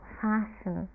fashion